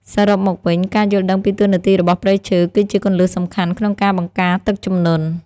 សរុបមកវិញការយល់ដឹងពីតួនាទីរបស់ព្រៃឈើគឺជាគន្លឹះសំខាន់ក្នុងការបង្ការទឹកជំនន់។សរុបមកវិញការយល់ដឹងពីតួនាទីរបស់ព្រៃឈើគឺជាគន្លឹះសំខាន់ក្នុងការបង្ការទឹកជំនន់។